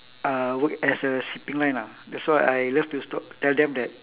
uh work as a shipping line ah that's why I love to st~ tell them that